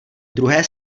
druhé